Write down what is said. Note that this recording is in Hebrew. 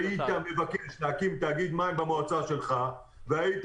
--- היית מבקש להקים תאגיד מים במועצה שלך והיית